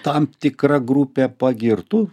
tam tikra grupė pagirtų